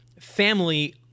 Family